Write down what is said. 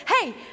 hey